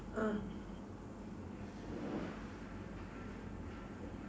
uh